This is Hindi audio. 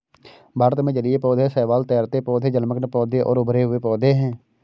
भारत में जलीय पौधे शैवाल, तैरते पौधे, जलमग्न पौधे और उभरे हुए पौधे हैं